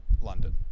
London